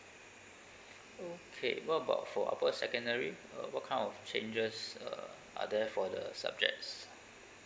okay what about for upper secondary uh what kind of changes uh are there for the subjects